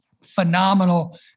phenomenal